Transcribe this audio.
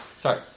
Sorry